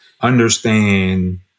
understand